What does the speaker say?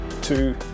two